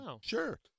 sure